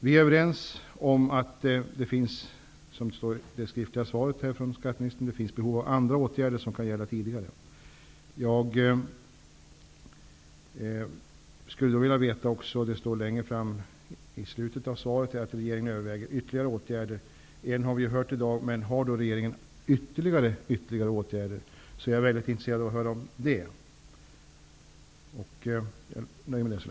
Vi är överens om, skatteministern och jag, att det ''finns behov av andra åtgärder som kan gälla tidigare.'' I svaret nämndes att regeringen överväger ytterligare åtgärder, och en sådan har vi hört talas om i dag. Har regeringen ännu ytterligare åtgärder i åtanke är jag intresserad av att höra om dem.